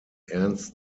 ernst